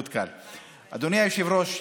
אדוני היושב-ראש,